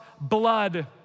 blood